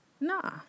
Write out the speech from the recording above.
Nah